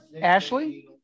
Ashley